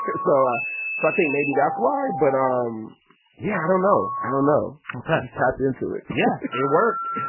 so ah so i think maybe that's why. but, um yeah, i don't know. i don't know ok i just tapped into it yeah, it worked